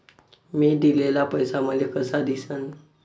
मी दिलेला पैसा मले कसा दिसन?